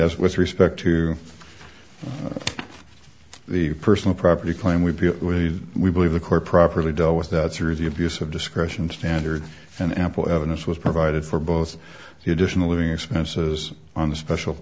as with respect to the personal property claim we feel we believe the court properly dealt with that through the abuse of discretion standard and ample evidence was provided for both the additional living expenses on the special